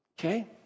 Okay